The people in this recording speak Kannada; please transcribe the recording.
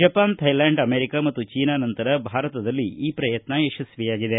ಜಪಾನ್ ಥೈಲ್ಗಾಂಡ್ ಅಮೆರಿಕ ಮತ್ತು ಚೀನಾ ನಂತರ ಭಾರತದಲ್ಲಿ ಈ ಪ್ರಯತ್ನ ಯಶಸ್ವಿಯಾಗಿದೆ